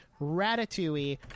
Ratatouille